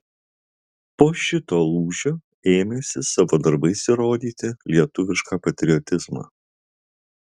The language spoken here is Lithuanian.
po šito lūžio ėmėsi savo darbais įrodyti lietuvišką patriotizmą